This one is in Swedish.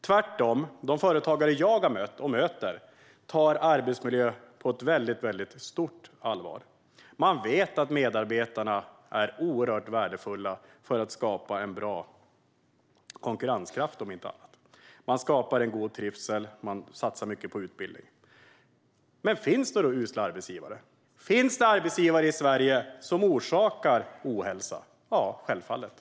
Tvärtom - de företagare som jag har mött, och möter, tar arbetsmiljö på väldigt stort allvar. De vet att medarbetarna är oerhört värdefulla för att skapa en bra konkurrenskraft, om inte annat. De skapar en god trivsel och satsar mycket på utbildning. Men finns det då usla arbetsgivare? Finns det arbetsgivare i Sverige som orsakar ohälsa? Ja, självfallet.